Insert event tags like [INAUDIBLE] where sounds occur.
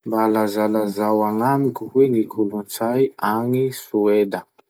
[NOISE] Mba lazalazao agnamiko hoe ny kolotsay agny Soeda?